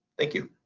thank you.